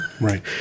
Right